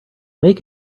make